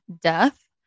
death